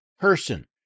person